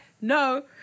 No